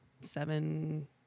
seven